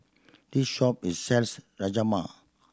this shop is sells Rajma